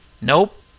Nope